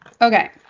Okay